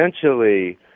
Essentially